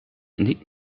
niet